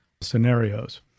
scenarios